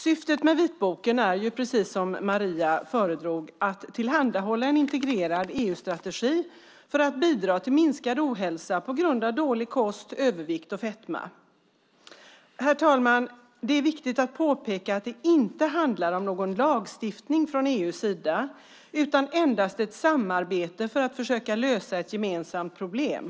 Syftet med vitboken är, som Maria sade, att tillhandahålla en integrerad EU-strategi för att bidra till minskad ohälsa på grund av dålig kost, övervikt och fetma. Herr talman! Det är viktigt att påpeka att det inte handlar om någon lagstiftning från EU:s sida utan endast om ett samarbete för att försöka lösa ett gemensamt problem.